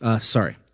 sorry